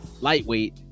lightweight